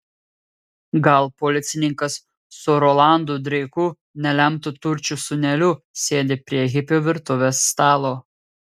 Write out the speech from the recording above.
gal policininkas su rolandu dreiku nelemtu turčių sūneliu sėdi prie hipio virtuvės stalo